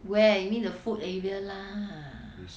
where you mean the food area lah